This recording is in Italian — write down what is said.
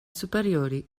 superiori